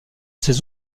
ses